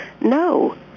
No